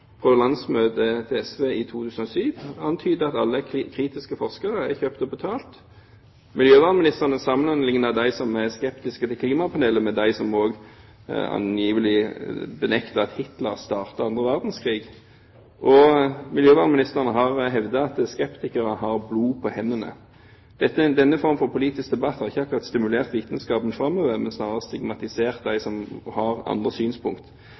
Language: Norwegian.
på landsmøtet til SV i 2007 antydet at alle kritiske forskere er kjøpt og betalt. Miljøvernministeren sammenliknet dem som er skeptiske til klimapanelet, med dem som også angivelig benekter at Hitler startet andre verdenskrig. Og miljøvernministeren har hevdet at skeptikere har blod på hendene. Denne formen for politisk debatt har ikke akkurat stimulert vitenskapen framover, men snarere stigmatisert dem som har andre synspunkt.